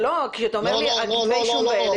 לא לא.